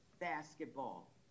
basketball